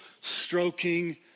stroking